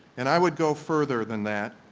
and i would go further than that.